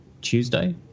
Tuesday